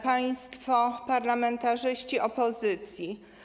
Państwo parlamentarzyści opozycji!